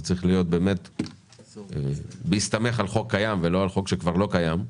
זה צריך להסתמך על חוק קיים ולא על חוק שכבר לא קיים.